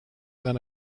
than